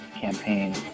campaign